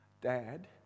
Dad